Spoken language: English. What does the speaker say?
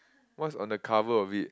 what's on the cover of it